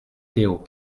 théo